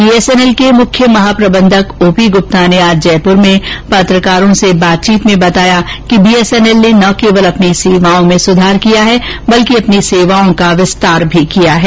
BSNL के मुख्य महाप्रबंधक ओ पी गुप्ता ने आज पत्रकारों से बातचीत में बताया कि बीएसएनएल ने न केवल अपनी सेवाओं में सुधार किया है बल्कि अपनी सेवाओं का विस्तार भी किया है